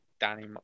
Danny